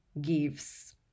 gives